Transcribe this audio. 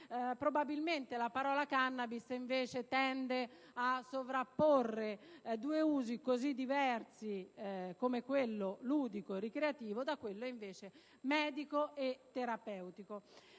Probabilmente la parola *cannabis* tende a sovrapporre due usi così diversi come quello ludico e ricreativo e quello medico e terapeutico.